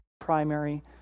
primary